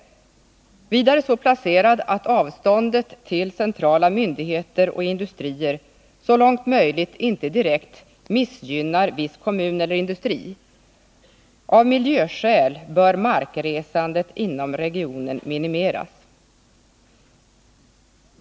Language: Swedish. Vidare bör den vara så placerad, att avståndet till centrala myndigheter och industrier så långt möjligt inte direkt missgynnar viss kommun eller industri. Av miljöskäl bör markresandet inom regionen minimeras.